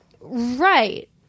Right